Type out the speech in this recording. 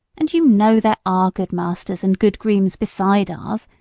and you know there are good masters and good grooms beside ours,